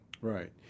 Right